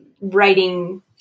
writing